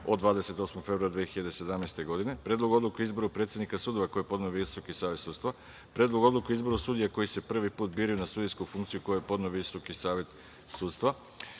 od 28. februara 2017. godine, Predlogu odluke o izboru predsednika sudova, koji je podneo Visoki savet sudstva, Predlogu odluke o izboru sudija koji se prvi put biraju na sudijsku funkciju, koji je podneo Visoki savet sudstva,